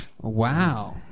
Wow